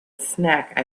snack